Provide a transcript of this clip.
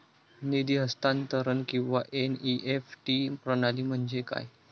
निधी हस्तांतरण किंवा एन.ई.एफ.टी प्रणाली म्हणजे काय?